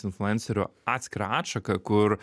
influencerių atskirą atšaką kur